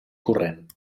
corrent